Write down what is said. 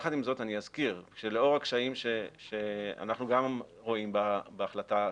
יחד עם זאת אני אזכיר שלאור הקשיים שאנחנו גם רואים בהחלטה הזאת,